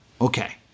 Okay